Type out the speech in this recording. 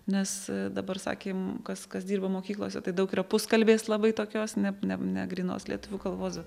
nes dabar sakėm kas kas dirba mokyklose tai daug yra puskalbės labai tokios ne ne negrynos lietuvių kalbos